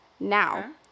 Now